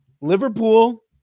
Liverpool